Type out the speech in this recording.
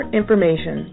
information